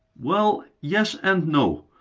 well, yes and no!